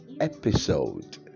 episode